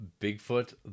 Bigfoot